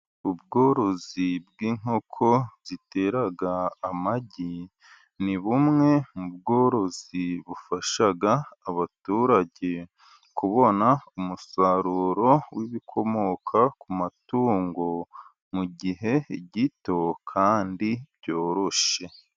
Ubworozi bw'inkoko zitera amagi, ni bumwe mu bworozi bufasha abaturage kubona umusaruro w'ibikomoka ku matungo mu gihe gito kandi byoroshe.